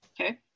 okay